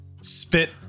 spit